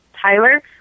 Tyler